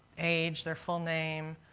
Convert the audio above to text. age, their full name,